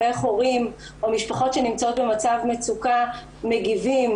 ואיך הורים או משפחות שנמצאות במצב מצוקה מגיבים